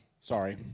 Sorry